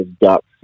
ducks